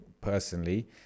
personally